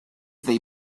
they